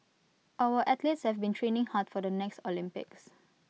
our athletes have been training hard for the next Olympics